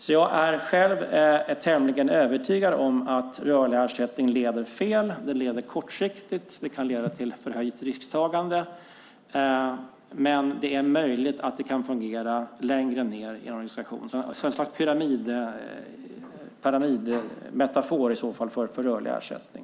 Jag är alltså själv tämligen övertygad om att rörlig ersättning leder fel. Den leder kortsiktigt. Det kan leda till förhöjt risktagande. Men det är möjligt att det kan fungera längre ned i en organisation som ett slags pyramidmetafor för rörlig ersättning.